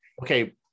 Okay